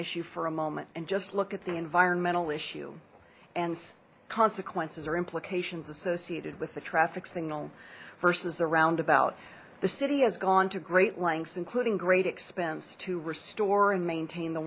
issue for a moment and just look at the environmental issue and consequences or implications associated with the traffic signal versus the roundabout the city has gone to great lengths including great expense to restore and maintain the